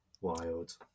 Wild